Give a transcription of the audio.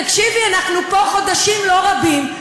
תקשיבי, אנחנו פה חודשים לא רבים.